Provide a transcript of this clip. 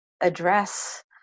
address